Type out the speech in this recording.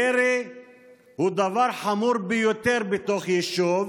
ירי הוא דבר חמור ביותר בתוך יישוב,